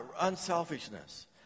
unselfishness